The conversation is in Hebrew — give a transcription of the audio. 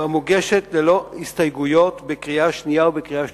המוגשת ללא הסתייגויות בקריאה שנייה ובקריאה שלישית.